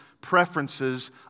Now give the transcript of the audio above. preferences